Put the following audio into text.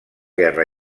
guerra